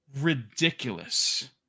ridiculous